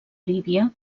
líbia